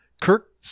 Kirk